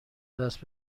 دست